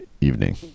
evening